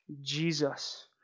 Jesus